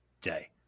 day